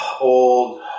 old